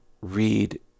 read